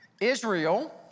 Israel